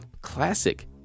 Classic